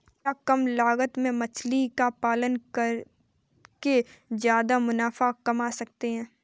क्या कम लागत में मछली का पालन करके ज्यादा मुनाफा कमा सकते हैं?